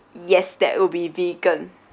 yes that will be vegan